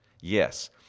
Yes